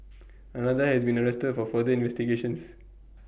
another has been arrested for further investigations